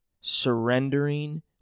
surrendering